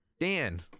Dan